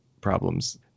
problems